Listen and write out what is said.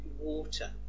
water